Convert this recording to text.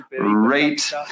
rate